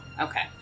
Okay